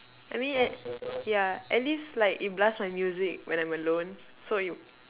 I mean ya at least like it blast my music when I'm alone so it